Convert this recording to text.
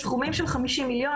בסכומים של 50 מיליון,